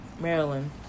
Maryland